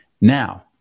Now